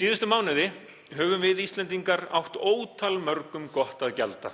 Síðustu mánuði höfum við Íslendingar átt ótalmörgum gott að gjalda.